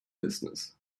business